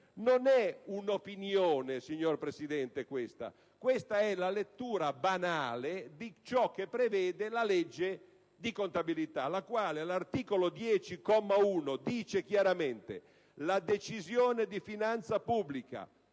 Non è un'opinione, signor Presidente, ma è la lettura banale di ciò che prevede la legge di contabilità, la quale all'articolo 10, comma 1, stabilisce che «la Decisione di finanza pubblica,